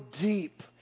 deep